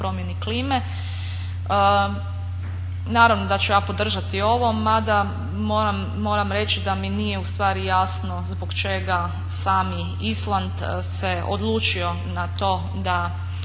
promjeni klime. Naravno da ću ja podržati ovo, mada moram reći da mi nije u stvari jasno zbog čega sami Island se odlučio na to da